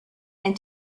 and